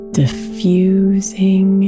diffusing